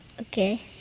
Okay